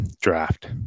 draft